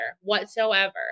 whatsoever